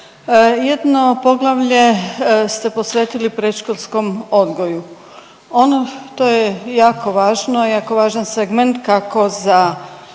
jedno poglavlje ste posvetili predškolskom odgoju, ono, to je jako važno, jako važan segment kako za